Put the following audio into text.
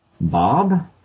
Bob